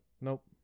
Nope